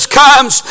comes